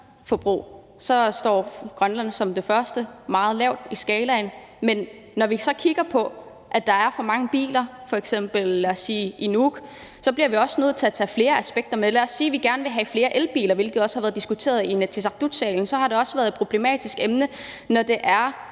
se, at Grønland ligger meget lavt på listen over lande. Men når vi så kigger på, at der er for mange biler, i Nuuk f.eks., så bliver vi også nødt til at tage flere aspekter med. Lad os sige, at vi gerne vil have flere elbiler, hvilket også har været diskuteret i Inatsisartutsalen. I den forbindelse er det problematisk, hvis elbilerne